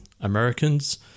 Americans